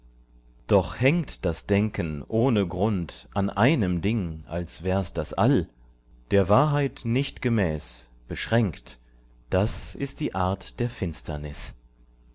doch hängt das denken ohne grund an einem ding als wär's das all der wahrheit nicht gemäß beschränkt das ist die art der finsternis